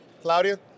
Claudia